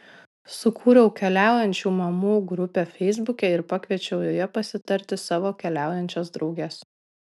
sukūriau keliaujančių mamų grupę feisbuke ir pakviečiau joje pasitarti savo keliaujančias drauges